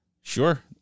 sure